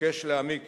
מבקש להעמיק